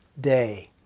day